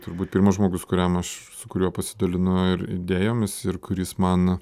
turbūt pirmas žmogus kuriam aš su kuriuo pasidalinu ir idėjomis ir kuris man